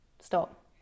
stop